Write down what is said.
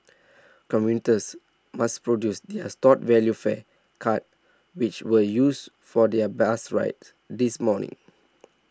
commuters must produce their stored value fare cards which were used for their bus rides this morning